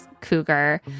cougar